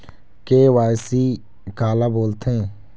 KYC काला बोलथें?